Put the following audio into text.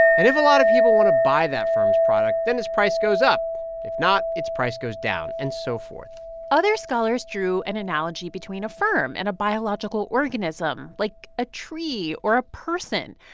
and if a lot of people want to buy that firm's product, then its price goes up. if not, its price goes down and so forth other scholars drew an analogy between a firm and a biological organism, like a tree or a person.